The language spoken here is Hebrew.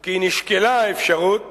כי נשקלה האפשרות